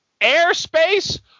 Airspace